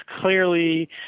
clearly